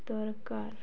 ଦରକାର